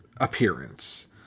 appearance